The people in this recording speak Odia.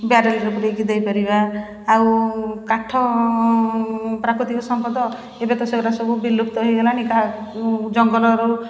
ବ୍ୟାରେଲରେ ପୁରେଇକି ଦେଇପାରିବା ଆଉ କାଠ ପ୍ରାକୃତିକ ସମ୍ପଦ ଏବେତ ସେଗୁରା ସବୁ ବିଲୁପ୍ତ ହେଇଗଲାଣି କାହା ଜଙ୍ଗଲରୁ